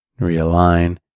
realign